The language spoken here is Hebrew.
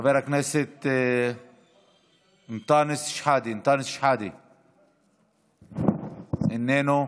חבר הכנסת אנטאנס שחאדה, איננו.